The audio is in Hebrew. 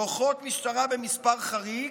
כוחות משטרה במספר חריג,